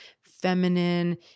feminine